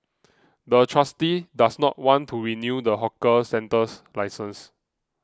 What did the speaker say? the trustee does not want to renew the hawker centre's license